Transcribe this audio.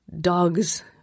dogs